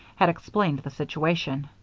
had explained the situation,